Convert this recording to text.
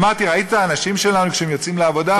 אמרתי: ראית את האנשים שלנו כשהם יוצאים לעבודה?